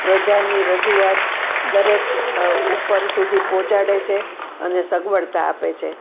પ્રજાની રજૂઆત દરેક ઉપર સુધી પહોંચાડે છે અને સગવડતા આપે છે